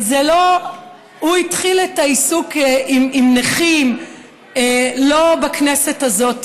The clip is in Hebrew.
הוא התחיל את העיסוק עם נכים לא בכנסת הזו,